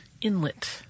inlet